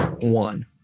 One